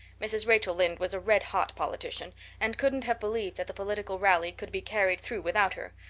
mrs. rachel lynde was a red-hot politician and couldn't have believed that the political rally could be carried through without her,